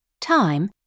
time